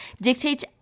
dictates